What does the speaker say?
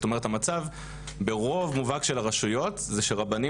זאת אומרת המצב ברוב מובהק של הרשויות זה שרבנים